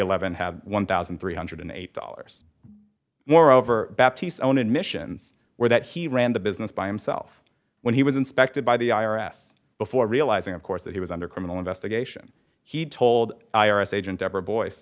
eleven have one thousand three hundred and eight dollars moreover own admissions were that he ran the business by himself when he was inspected by the i r s before realizing of course that he was under criminal investigation he told i r s agent